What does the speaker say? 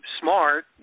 smart